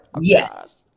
Yes